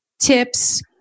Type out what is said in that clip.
tips